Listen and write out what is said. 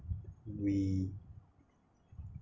we